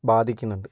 ബാധിക്കുന്നുണ്ട്